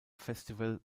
festival